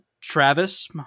Travis